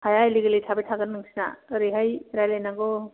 हाया इलिगेलै थाबाय थागोन नोंसिना ओरैहाय रायलायनांगौ